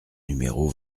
numéro